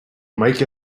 make